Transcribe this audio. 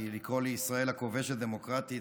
כי לקרוא לישראל הכובשת "דמוקרטית",